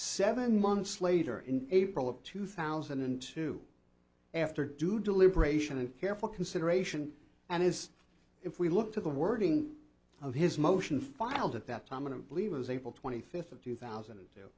seven months later in april of two thousand and two after due deliberation and careful consideration and is if we look to the wording of his motion filed at that time and believe was able to twenty fifth of two thousand